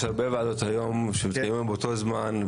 הרשימה הערבית המאוחדת): יש הרבה ועדות היום שמתקיימות באותו זמן,